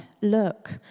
Look